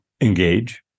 engage